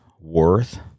worth